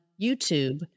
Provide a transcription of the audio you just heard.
YouTube